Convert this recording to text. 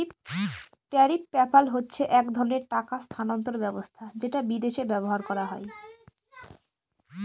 tariff PayPal হচ্ছে এক ধরনের টাকা স্থানান্তর ব্যবস্থা যেটা বিদেশে ব্যবহার করা হয়